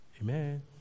Amen